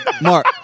Mark